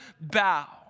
bow